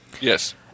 Yes